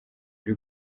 uri